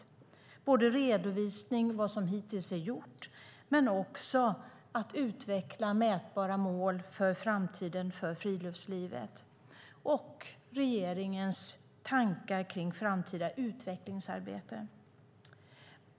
Det är bra att vi får en redovisning av vad som hittills är gjort, en utveckling av mätbara mål för framtiden för friluftslivet och regeringens tankar kring framtida utvecklingsarbete.